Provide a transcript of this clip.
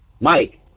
Mike